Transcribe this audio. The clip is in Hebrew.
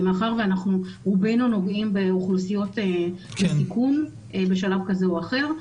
מאחר ואנחנו רובנו נוגעים באוכלוסיות בסיכון בשלב כזה או אחר,